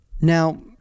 Now